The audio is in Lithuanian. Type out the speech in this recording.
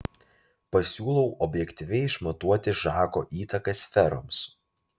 pasiūlau objektyviai išmatuoti žako įtaką sferoms